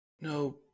No